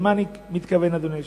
למה אני מתכוון, אדוני היושב-ראש?